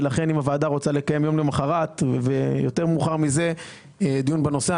ולכן מבחינתנו אם הוועדה רוצה יום למוחרת ויותר מאוחר מזה דיון בנושא,